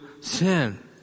sin